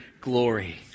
glory